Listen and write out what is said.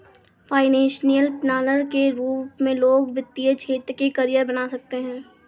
financial planner के रूप में लोग वित्तीय क्षेत्र में करियर बना सकते हैं